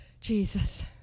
Jesus